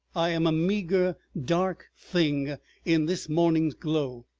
i am a meagre dark thing in this morning's glow,